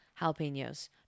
jalapenos